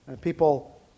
People